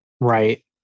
Right